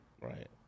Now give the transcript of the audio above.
Right